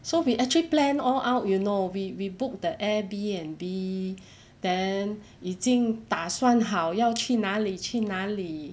so we actually plan all out you know we we book the air b n b then 已经打算好要去哪里去哪里